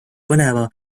põneva